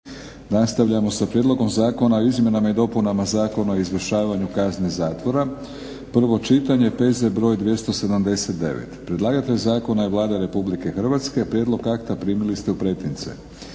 Nastavljamo sa - Prijedlog zakona o izmjenama i dopunama Zakona o izvršavanju kazne zakona, prvo čitanje, P.Z. br. 279. Predlagatelj zakona je Vlada Republike Hrvatske. Prijedlog akta primili ste u pretince.